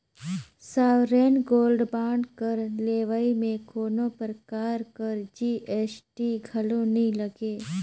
sovereign gold bond कर लेवई में कोनो परकार कर जी.एस.टी घलो नी लगे